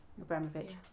Abramovich